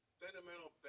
fundamental